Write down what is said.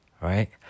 right